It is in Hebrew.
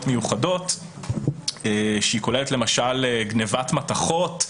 מיוחדות שהיא כוללת למשל גניבת מתכות.